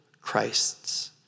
Christs